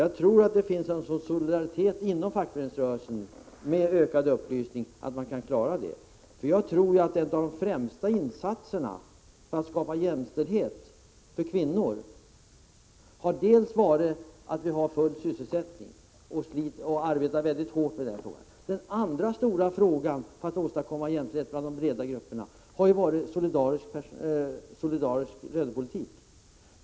Jag tror att det finns en sådan solidaritet inom fackföreningsrörelsen att man kan få till stånd en ökad upplysning inom detta område. En av de främsta insatserna för att skapa jämställdhet för kvinnor har varit att åstadkomma full sysselsättning. Vi har arbetat mycket hårt med den uppgiften. Den andra stora insatsen för åstadkommande av jämställdhet mellan de breda grupperna har varit den solidariska lönepolitiken.